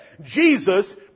Jesus